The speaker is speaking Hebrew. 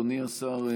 אדוני השר,